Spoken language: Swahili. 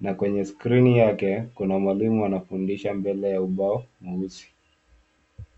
na kwenye skrini yake kuna mwalimu anayefundisha mbele ya ubao mweusi.